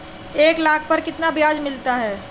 एक लाख पर कितना ब्याज मिलता है?